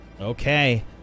okay